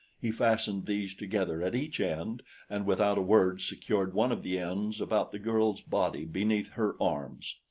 he fastened these together at each end and without a word secured one of the ends about the girl's body beneath her arms.